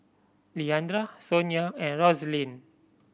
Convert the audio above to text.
Leandra Sonya and Roslyn